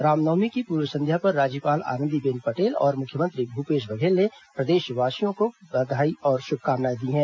रामनवमी की पूर्व संध्या पर राज्यपाल आनंदीबेन पटेल और मुख्यमंत्री भूपेश बघेल ने प्रदेशवासियों को बधाई और शुभकामनाएं दी हैं